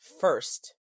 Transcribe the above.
first